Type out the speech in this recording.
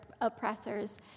oppressors